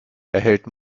erhält